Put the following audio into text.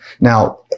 Now